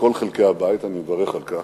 כל חלקי הבית, ואני מברך על כך.